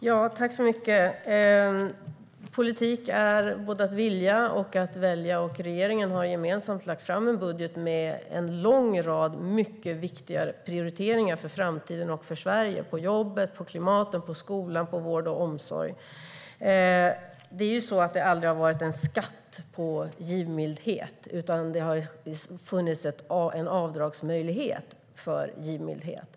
Herr talman! Politik är både att vilja och att välja. Regeringen har gemensamt lagt fram en budget med en lång rad mycket viktiga prioriteringar för framtiden och för Sverige gällande jobb, klimat, skola och vård och omsorg. Det har aldrig varit någon skatt på givmildhet; det har funnits en avdragsmöjlighet för givmildhet.